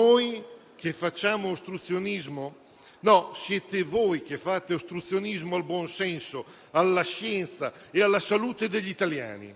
noi a fare ostruzionismo? No! Siete voi che fate ostruzionismo al buon senso, alla scienza e alla salute degli italiani.